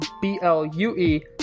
B-L-U-E